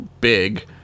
big